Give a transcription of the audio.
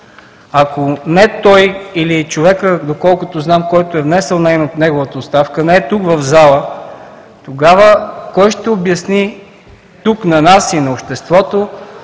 Ако не той, или човекът, доколкото знам, който е внесъл неговата оставка, не е тук в залата, тогава кой ще обясни на нас и на обществото,